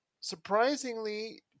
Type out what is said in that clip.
surprisingly